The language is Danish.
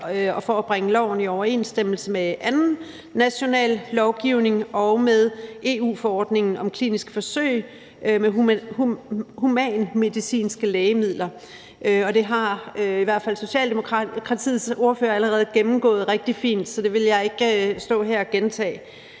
for at bringe loven i overensstemmelse med anden national lovgivning og med EU-forordningen om kliniske forsøg med humanmedicinske lægemidler. Det har i hvert fald Socialdemokratiets ordfører allerede gennemgået rigtig fint, så det vil jeg ikke stå her og gentage.